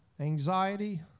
anxiety